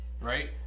Right